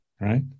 right